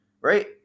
right